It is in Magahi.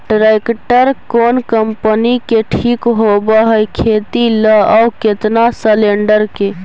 ट्रैक्टर कोन कम्पनी के ठीक होब है खेती ल औ केतना सलेणडर के?